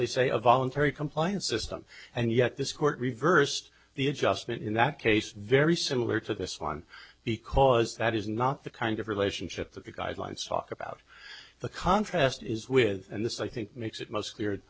they say a voluntary compliance system and yet this court reversed the adjustment in that case very similar to this one because that is not the kind of relationship that the guidelines talk about the contrast is with and this i think makes it most clear